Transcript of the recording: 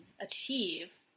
achieve